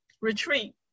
retreat